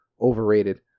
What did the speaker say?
Overrated